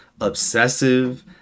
obsessive